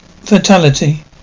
fatality